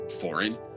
foreign